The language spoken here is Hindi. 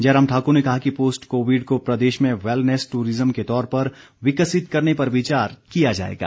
जयराम ठाक्र ने कहा कि पोस्ट कोविड को प्रदेश में वैलनेस ट्ररिज्म के तौर पर विकसित करने पर विचार किया जाएगा